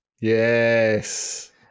Yes